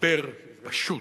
דבר פשוט.